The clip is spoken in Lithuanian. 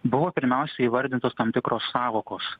buvo pirmiausia įvardintos tam tikros sąvokos